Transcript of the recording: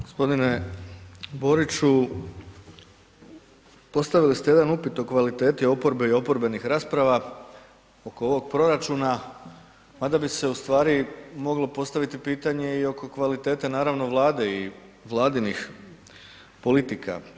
Gospodine Boriću postavili ste jedan upit o kvaliteti oporbe i oporbenih rasprava oko ovog proračuna mada bi se ustvari moglo postavi pitanje i oko kvalitete naravno Vlade i vladinih politika.